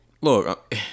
look